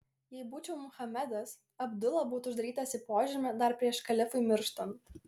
jei būčiau muhamedas abdula būtų uždarytas į požemį dar prieš kalifui mirštant